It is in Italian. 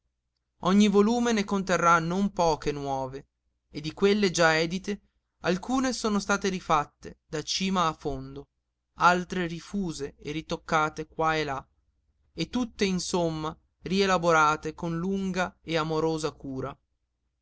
ogni volume ne conterrà non poche nuove e di quelle già edite alcune sono state rifatte da cima a fondo altre rifuse e ritoccate qua e là e tutte insomma rielaborate con lunga e amorosa cura